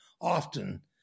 often